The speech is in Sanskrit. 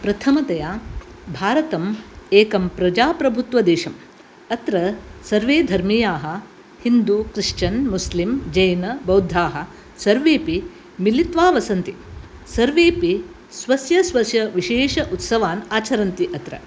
प्रथमतया भारतम् एकं प्रजाप्रभुत्त्व देशम् अत्र सर्वे धर्मीयाः हिन्दु क्रिस्टियन् मुस्लिम् जैनबौद्धाः सर्वेपि मिलित्वा वसन्ति सर्वेपि स्वस्य स्वस्य विशेष उत्सवान् आचरन्ति अत्र